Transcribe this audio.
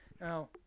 Now